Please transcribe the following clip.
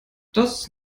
das